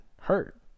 hurt